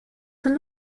son